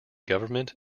government